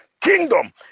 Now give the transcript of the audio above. Kingdom